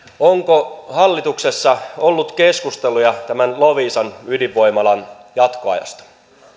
onko hallituksessa ollut keskusteluja tämän loviisan ydinvoimalan jatkoajasta